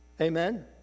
Amen